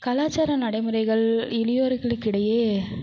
கலாச்சார நடைமுறைகள் இளையோர்களுக்கிடையே